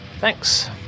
Thanks